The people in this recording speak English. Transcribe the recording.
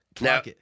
Now